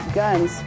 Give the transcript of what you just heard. guns